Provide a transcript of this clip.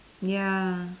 ya